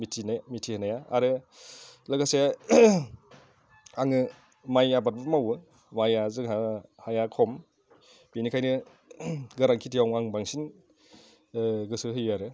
मिथिनाया आरो लोगोसे आङो माइ आबादबो मावो माइया जोंहा हाया खम बेनिखायनो गोरान खेथियाव आं बांसिन गोसो होयो आरो